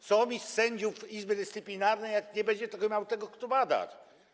Co mi z sędziów Izby Dyscyplinarnej, jak nie będzie tego miał kto badać?